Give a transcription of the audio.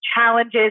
challenges